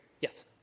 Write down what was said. Yes